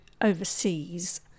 overseas